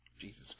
Jesus